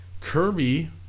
kirby